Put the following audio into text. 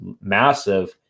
massive